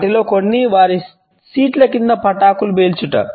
వాటిలో కొన్ని వారి సీట్ల క్రింద పటాకులు పేల్చుట